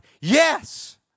yes